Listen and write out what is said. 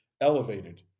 elevated